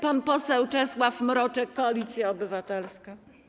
Pan poseł Czesław Mroczek, Koalicja Obywatelska.